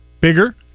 bigger